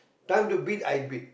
time to beat I beat